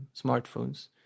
smartphones